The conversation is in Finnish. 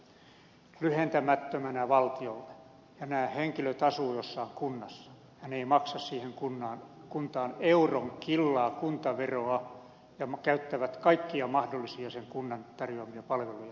nämä henkilöt asuvat jossain kunnassa ja he eivät maksa siihen kuntaan euron killaa kuntaveroa ja käyttävät kaikkia mahdollisia sen kunnan tarjoamia palveluja